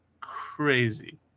crazy